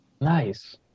Nice